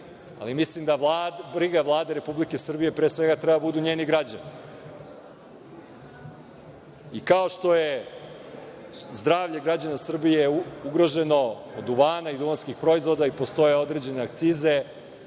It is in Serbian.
ali mislim da briga Vlade Republike Srbije pre svega treba da budu njeni građani. Kao što je zdravlje građana Srbije ugroženo od duvana i duvanskih proizvoda i postoje određene akcize,